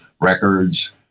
records